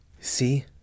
See